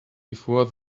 before